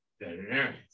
veterinarians